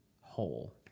whole